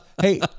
Hey